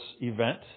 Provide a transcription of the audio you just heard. event